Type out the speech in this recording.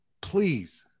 please